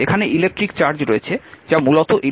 এখানে electric charge রয়েছে যা মূলত ইলেকট্রন